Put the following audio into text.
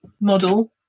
model